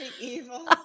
evil